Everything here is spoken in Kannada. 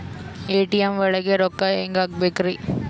ಎ.ಟಿ.ಎಂ ಒಳಗ್ ರೊಕ್ಕ ಹೆಂಗ್ ಹ್ಹಾಕ್ಬೇಕ್ರಿ?